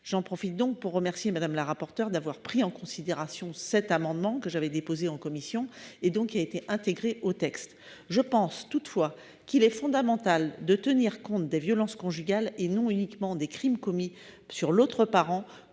J'en profite donc pour remercier Mme la rapporteure d'avoir pris en considération l'amendement que j'avais déposé en commission et qui a été intégré au texte. Toutefois, il est fondamental de tenir compte des violences conjugales- et pas uniquement des crimes commis sur l'autre parent